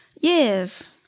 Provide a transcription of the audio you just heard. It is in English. Yes